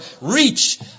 reach